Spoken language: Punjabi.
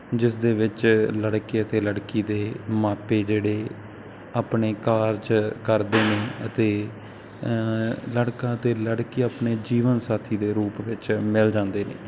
ਜਿਸ ਦੇ ਵਿੱਚ ਲੜਕੇ ਅਤੇ ਲੜਕੀ ਦੇ ਮਾਪੇ ਜਿਹੜੇ ਆਪਣੇ ਕਾਰਜ ਕਰਦੇ ਨੇ ਅਤੇ ਲੜਕਾ ਅਤੇ ਲੜਕੀ ਆਪਣੇ ਜੀਵਨ ਸਾਥੀ ਦੇ ਰੂਪ ਵਿੱਚ ਮਿਲ ਜਾਂਦੇ ਨੇ